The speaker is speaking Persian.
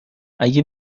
اگه